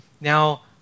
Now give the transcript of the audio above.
Now